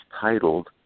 titled